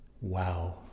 Wow